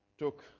took